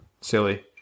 silly